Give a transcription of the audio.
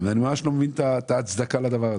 אני ממש לא מבין את ההצדקה לדבר הזה.